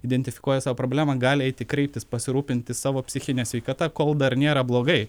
identifikuoja savo problemą gali eiti kreiptis pasirūpinti savo psichine sveikata kol dar nėra blogai